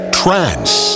trance